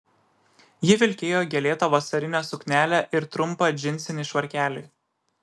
ji vilkėjo gėlėtą vasarinę suknelę ir trumpą džinsinį švarkelį